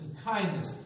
kindness